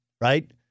right